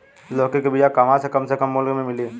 लौकी के बिया कहवा से कम से कम मूल्य मे मिली?